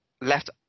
left